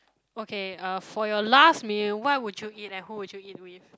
okay uh for your last meal what would you eat and who would you eat with